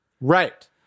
Right